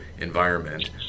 environment